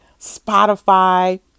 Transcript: Spotify